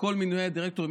שכל מינויי הדירקטורים,